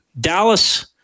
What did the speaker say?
Dallas